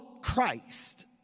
Christ